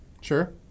Sure